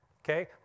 Okay